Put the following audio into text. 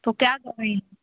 तो क्या कर रही हैं